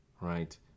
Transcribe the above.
right